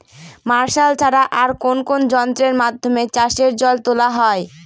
Martial ছাড়া আর কোন কোন যন্ত্রেরর মাধ্যমে চাষের জল তোলা হয়?